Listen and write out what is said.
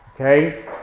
okay